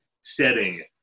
setting